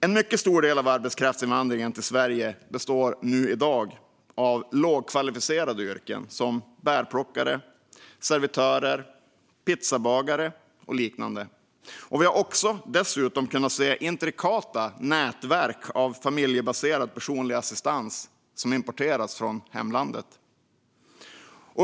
En mycket stor del av arbetskraftsinvandringen till Sverige består i dag av människor med lågkvalificerade yrken, som bärplockare, servitörer, pizzabagare och liknande. Vi har dessutom kunnat se intrikata nätverk av familjebaserad personlig assistans som importeras från hemlandet.